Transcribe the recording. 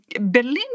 Berlin